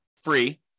Free